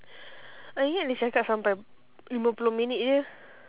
I ingat dia cakap sampai lima puluh minit je